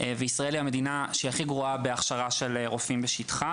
וישראל היא המדינה הכי גרועה בהכשרה של רופאים בשטחה,